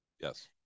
Yes